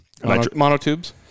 Monotubes